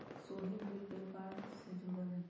सोहेल वित्त व्यापार से जुरल हए